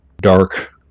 dark